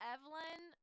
Evelyn